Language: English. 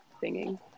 singing